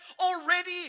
already